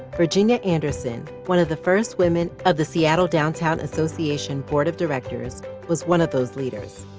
virginia anderson, one of the first women of the seattle downtown association board of directors was one of those leaders.